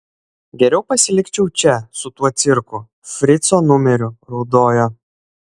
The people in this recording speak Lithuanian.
geriau pasilikčiau čia su tuo cirku frico numeriu raudojo